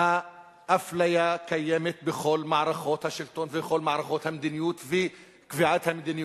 האפליה קיימת בכל מערכות השלטון ובכל מערכות המדיניות וקביעת המדיניות,